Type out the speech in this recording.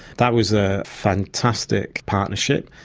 that was a fantastic partnership,